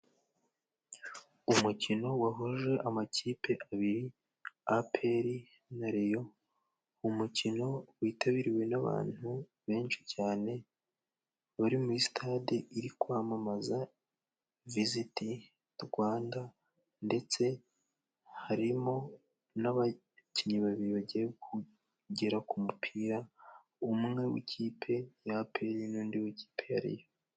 Umukino wahuje amakipe abiri :Aperi na Reyo, umukino witabiriwe n'abantu benshi cyane! Bari muri sitade iri kwamamaza Visiti Rwanda ndetse harimo n'abakinnyi babiri bagiye kugera ku mupira, umwe w'ikipe ya Aperi n'undi w'kipe ya Reyo.